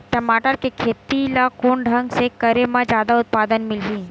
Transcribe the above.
टमाटर के खेती ला कोन ढंग से करे म जादा उत्पादन मिलही?